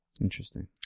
Interesting